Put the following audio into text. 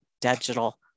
digital